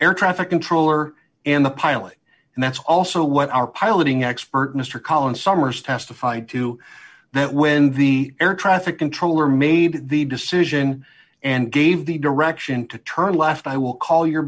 air traffic controller and the pilot and that's also what our piloting expert mr collins summers testified to that when the air traffic controller made the decision and gave the direction to turn left i will call your